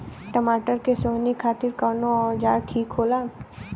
टमाटर के सोहनी खातिर कौन औजार ठीक होला?